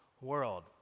world